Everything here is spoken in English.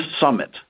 summit